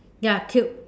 ya cube